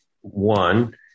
one